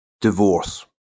Divorce